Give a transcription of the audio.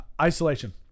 isolation